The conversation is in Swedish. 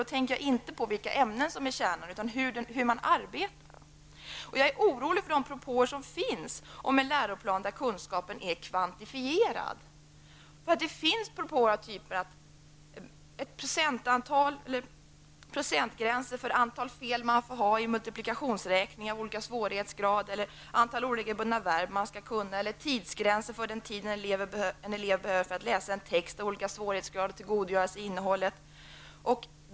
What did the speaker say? Jag tänker då inte på vilka ämnen som utgör kärnan, utan på hur man arbetar. Jag är orolig för de propåer som finns om en läroplan där kunskapen är kvantifierad. Det finns propåer om att procentgränser skall gälla för det antal fel man får ha i multiplikationsräkning av olika svårighetsgrad, antal oregelbundna verb man skall kunna, tidsgränser för den tid en elev behöver för att läsa en text av olika svårighetsgrad och tillgodogöra sig innehållet.